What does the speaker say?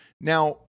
Now